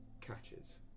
catches